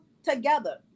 together